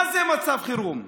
מה זה מצב חירום?